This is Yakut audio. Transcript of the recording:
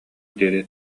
диэри